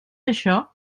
això